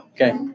Okay